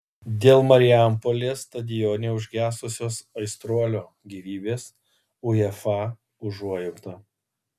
dėl marijampolės stadione užgesusios aistruolio gyvybės uefa užuojauta